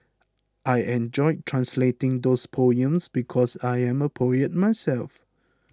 I enjoyed translating those poems because I am a poet myself